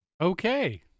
Okay